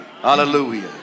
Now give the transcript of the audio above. Hallelujah